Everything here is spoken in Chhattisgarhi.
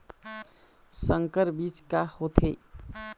संकर बीज का होथे?